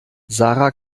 sarah